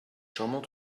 charmant